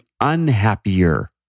unhappier